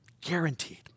Guaranteed